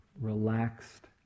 relaxed